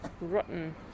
Rotten